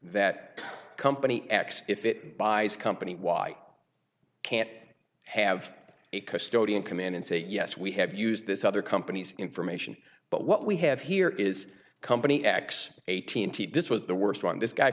that company x if it buys a company why can't it have a custodian come in and say yes we have used this other companies information but what we have here is company x eighteen t this was the worst one this guy